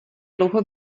dlouho